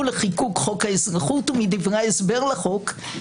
לחיקוק חוק האזרחות ומדברי ההסבר לחוק,